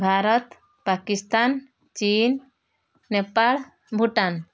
Bharat Pakistan Chin Nepal Bhutan